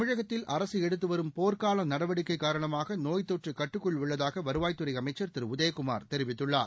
தமிழகத்தில் அரசு எடுத்து வரும் போா்க்கால நடவடிக்கை காரணமாக நோய் தொற்று கட்டுக்குள் உள்ளதாக வருவாய்த்துறை அமைச்சர் திரு உதயகுமார் தெரிவித்துள்ளார்